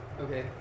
Okay